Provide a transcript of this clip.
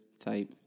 type